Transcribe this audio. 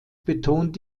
betont